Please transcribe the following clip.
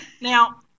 Now